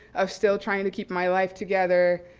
of still trying to keep my life together,